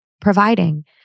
providing